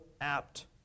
apt